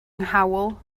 nghawl